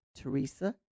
Teresa